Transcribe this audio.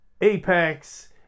apex